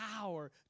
power